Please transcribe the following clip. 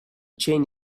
chain